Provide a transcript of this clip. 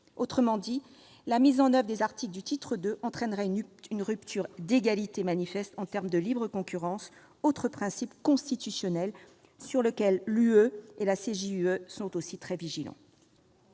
Autrement dit, la mise en oeuvre des articles du titre II entraînerait une rupture d'égalité manifeste en termes de libre concurrence, autre principe constitutionnel sur lequel l'Union européenne et la CJUE sont très vigilantes.